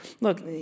Look